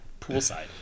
poolside